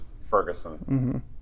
Ferguson